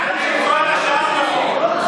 עבאס, תודה.